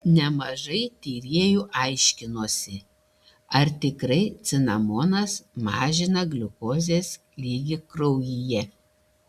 nemažai tyrėjų aiškinosi ar tikrai cinamonas mažina gliukozės lygį kraujyje